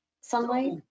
sunlight